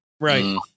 Right